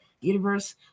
Universe